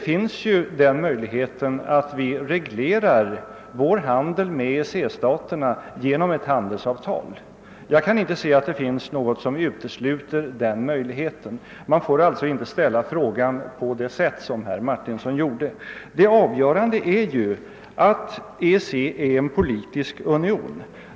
Möjligheter finns ju att vi reglerar vår handel med EEC-staterna genom ett handelsavtal; jag kan inte se att det finns något som utesluter den möjligheten. Man får alltså inte ställa frågan på det satt som herr Martinsson gjorde. Det avgörande är ju att EEC är en politisk union.